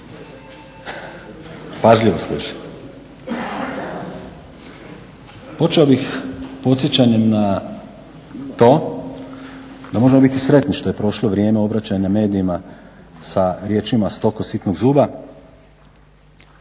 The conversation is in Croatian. pažljivo slušajte. Počeo bih podsjećanjem na to da možemo biti sretni što je prošlo vrijeme obraćanja medijima sa riječima s toliko sitnog zuba.